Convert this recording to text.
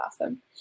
awesome